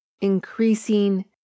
Increasing